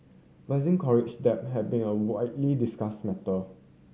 rising college debt have been a widely discussed matter